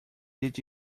did